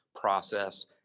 process